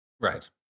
Right